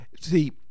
see